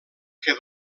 que